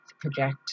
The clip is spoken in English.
project